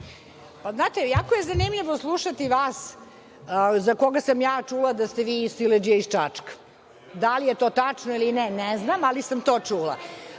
Znate, jako je zanimljivo slušati vas, za koga sam ja čula da ste vi siledžija iz Čačka. Da li je to tačno ili ne, ne znam, ali sam to čula.